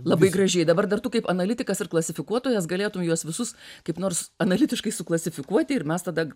labai gražiai dabar dar tu kaip analitikas ir klasifikuotojas galėtum juos visus kaip nors analitiškai suklasifikuoti ir mes tada